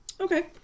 okay